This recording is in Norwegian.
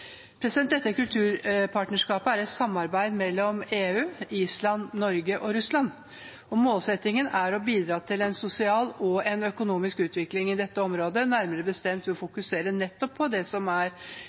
NDPC. Dette kulturpartnerskapet er et samarbeid mellom EU, Island, Norge og Russland, og målsettingen er å bidra til sosial og økonomisk utvikling i dette området, nærmere bestemt ved å